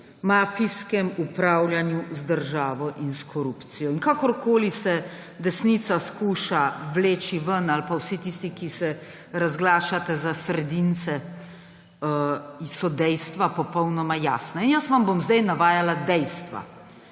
mafijskem upravljanju z državo in s korupcijo. Kakorkoli se desnica skuša vleči ven ali pa vsi tisti, ki se razglašate za sredince, so dejstva popolnoma jasna. Navajala vam bom zdaj dejstva.